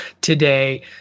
today